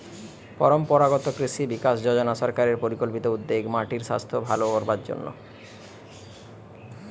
পরম্পরাগত কৃষি বিকাশ যজনা সরকারের পরিকল্পিত উদ্যোগ মাটির সাস্থ ভালো করবার জন্যে